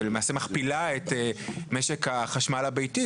שלמעשה מכפילה את משק ספק החשמל הביתי,